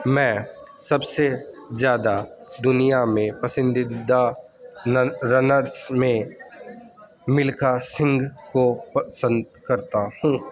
میں سب سے زیادہ دنیا میں پسندیدہ رنرس میں ملکھا سنگھ کو پسند کرتا ہوں